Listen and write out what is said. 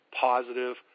positive